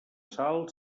sal